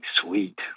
sweet